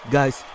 Guys